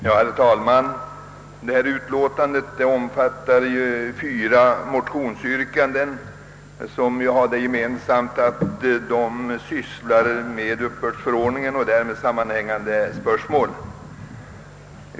Herr talman! Föreliggande betänkande behandlar fyra motionsyrkanden, som har det gemensamt att de berör uppbördsförordningen och därmed sammanhängande spörsmål.